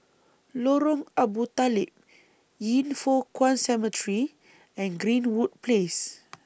Lorong Abu Talib Yin Foh Kuan Cemetery and Greenwood Place